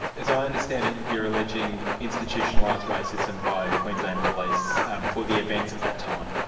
as i understand it you're alleging institutionalised racism by queensland police for the events of that time.